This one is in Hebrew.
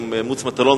גם מוץ מטלון,